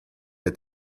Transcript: der